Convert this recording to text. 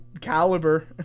caliber